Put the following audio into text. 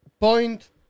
point